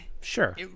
sure